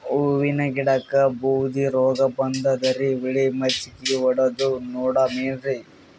ಹೂವಿನ ಗಿಡಕ್ಕ ಬೂದಿ ರೋಗಬಂದದರಿ, ಹುಳಿ ಮಜ್ಜಗಿ ಹೊಡದು ನೋಡಮ ಏನ್ರೀ?